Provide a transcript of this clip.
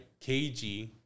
KG